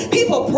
People